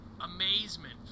amazement